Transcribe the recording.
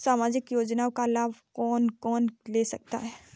सामाजिक योजना का लाभ कौन कौन ले सकता है?